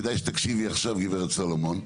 כדאי שתקשיבי עכשיו גב' סלומון.